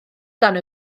dan